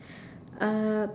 uh